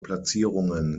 platzierungen